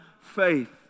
faith